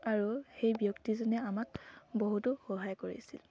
আৰু সেই ব্যক্তিজনে আমাক বহুতো সহায় কৰিছিল